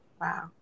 Wow